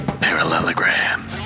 Parallelogram